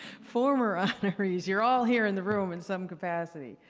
former honorees, you're all here in the room in some capacity,